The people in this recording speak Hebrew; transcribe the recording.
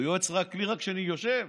הוא יועץ רק לי, רק כשאני יושב?